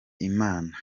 imana